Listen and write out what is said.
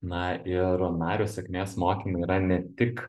na ir nario sėkmės mokymai yra ne tik